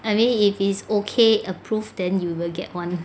I mean if it's okay approved then you will get [one]